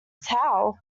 towel